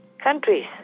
countries